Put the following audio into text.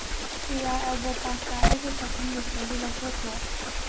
ꯀꯦꯌꯥ elbow pasta ꯑꯩꯒꯤ shopping ꯂꯤꯁꯇꯒꯤ ꯂꯧꯊꯣꯛꯈ꯭ꯔꯣ